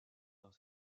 dans